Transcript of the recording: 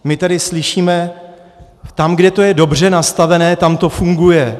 My tady slyšíme tam, kde to je dobře nastavené, tam to funguje.